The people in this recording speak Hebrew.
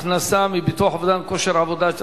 הכנסה מביטוח אובדן כושר עבודה),